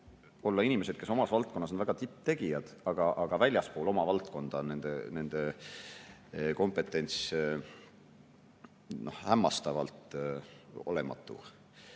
olla inimesed, kes omas valdkonnas on tipptegijad. Väljaspool oma valdkonda on nende kompetents hämmastavalt olematu.